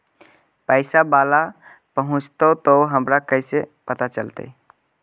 पैसा बाला पहूंचतै तौ हमरा कैसे पता चलतै?